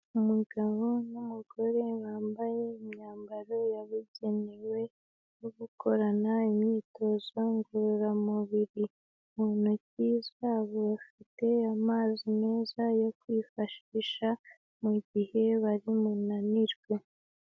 Umugabo n'umugore bambaye imyambaro yabugenewe yo gukorana imyitozo ngororamubiri, mu ntoki zabo bafite amazi meza yo kwifashisha mu gihe bari bunanirwe.